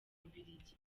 bubiligi